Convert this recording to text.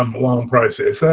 um a long process.